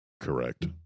Correct